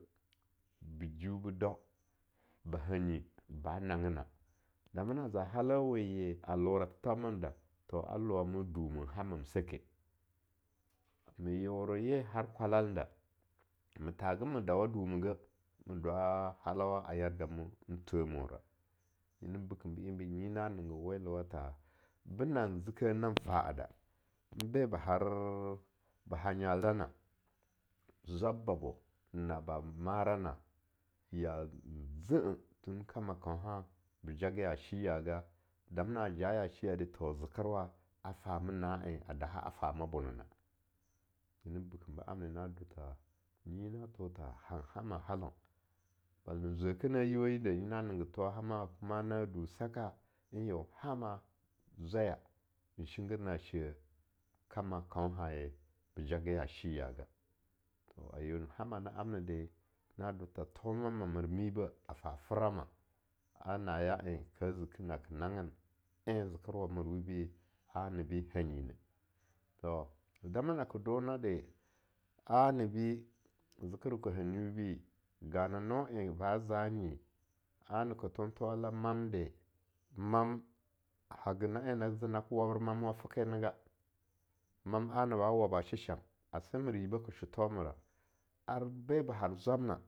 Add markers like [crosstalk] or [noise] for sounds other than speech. Be jin be dau, ba hanyi ba nang gina, dama na za halau weye a lora thethauman da, to a lowa ma dumin hamam seke, [noise] me yeore ye har kwallan da ma thaga ma dawa dumehgeh, ma dwa halwa a yargamin thweh mora nan bekem be enbi nyi na ninngi weluwa tha, be nan zekeh nan fa'a da n be ba har, ba ha nyal da na zwab babo na bab mara na'a yan en zen-eh tun kaunha ba jage ya shiaga, dama naja ya shi yaa de to zekerwa fame na'en a daha a fama bona na, Nyina bekem bo amna na do tha nyi na tho tha nan nana halaun bala na zwekeh na yiuweh yede na ninggi thowa hana kuma na saka, n yeon hama zwaya en shinggir na she-eh kama kaunha be jage ya shi yaga, to a yeon hama na amnede na do tha thoma ma mer mibeh a fa frama a naya en ka zeki nake nanggin en zekerwa mer wibi anibi hanyi neh, to zanyi ana ka thon thowala mamde, mam, haga na en na ke wabre mama teke ne ga, mamwan ba waba shesham, ase mer yibeh ka sho thomera, arbe ba har zwabna.